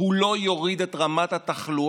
מה עושה ממשלת החירום?